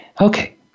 Okay